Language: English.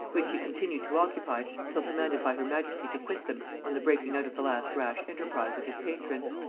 which he continued to occupy till commanded by her majesty to quit them on the breaking out of the last rash enterprise of his patron.